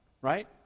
right